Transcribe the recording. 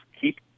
keep